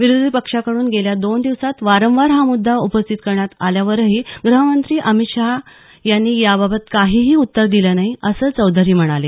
विरोधी पक्षांकडून गेल्या दोन दिवसांत वारंवार हा मुद्दा उपस्थित करण्यात आल्यावरही ग्रहमंत्री अमित शहा यांनी याबाबत काहीही उत्तर दिलं नाही असं चौधरी म्हणाले